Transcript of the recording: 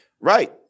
Right